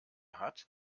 hat